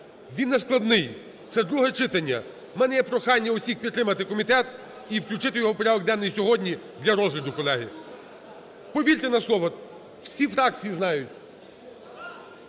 Він нескладний, це друге читання. У мене є прохання всіх підтримати комітет і включити його в порядок денний сьогодні для розгляду, колеги. Повірте на слово, всі фракції знають.